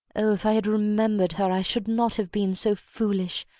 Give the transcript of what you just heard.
oh, if i had remembered her i should not have been so foolish,